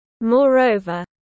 Moreover